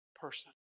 person